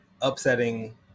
upsetting